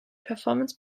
performance